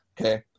okay